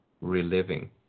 reliving